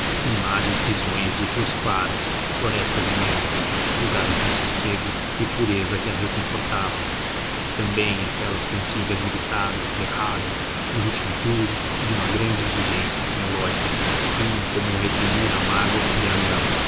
imagens risonhas de rios claros florestas imensas lugares de sossego e pureza que a reconfortavam também aquelas cantigas gritadas berradas num ritmo duro e de uma grande indigência melódica vinham como reprimir a mágoa que ia nela